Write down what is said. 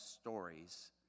stories